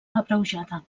abreujada